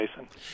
jason